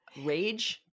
rage